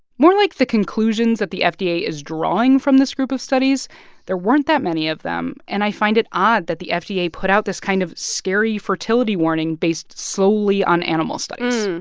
more like the conclusions that the fda is drawing from this group of studies there weren't that many of them. and i find it odd that the fda yeah put out this kind of scary fertility warning based solely on animal studies